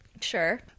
sure